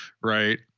right